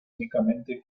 únicamente